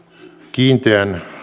kiinteän